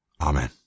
Amen